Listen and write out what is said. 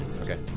Okay